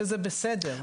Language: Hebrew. שזה בסדר.